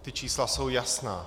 Ta čísla jsou jasná.